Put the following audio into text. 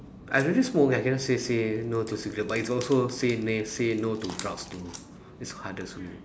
I already smoke I cannot say say no to cigarette but it's also say ne~ say no to drugs too that's hardest way